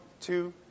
two